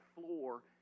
floor